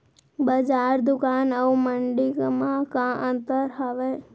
बजार, दुकान अऊ मंडी मा का अंतर हावे?